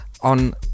on